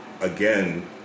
again